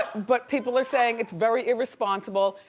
but people are saying it's very irresponsible,